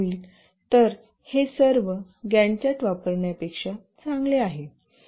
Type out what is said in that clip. तरहे सर्व Gantt chart वापरण्यापेक्षा चांगले आहे